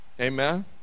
Amen